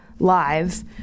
live